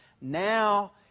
Now